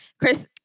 Chris